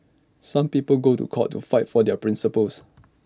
some people go to court to fight for their principles